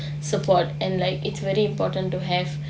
support and like it's very important to have